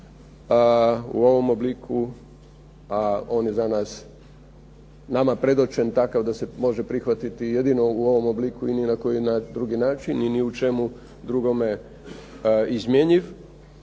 u ovom obliku, a on je za nas nama predočen takav da se može prihvatiti jedino u ovom obliku i ni na koji drugi način i ni u čemu drugome izmjenjiv.